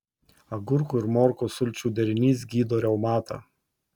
agurkų ir morkų sulčių derinys gydo reumatą